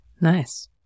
Nice